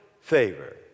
favor